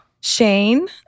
Shane